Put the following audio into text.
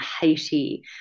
Haiti